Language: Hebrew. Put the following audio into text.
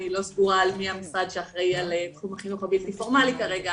אני לא סגורה מי המשרד שאחראי על תחום החינוך הבלתי פורמלי כרגע,